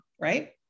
right